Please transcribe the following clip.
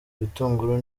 ibitunguru